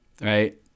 right